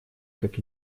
как